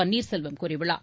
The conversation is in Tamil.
பன்னீர்செல்வம் கூறியுள்ளார்